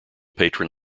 patron